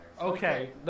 Okay